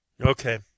Okay